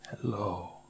Hello